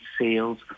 sales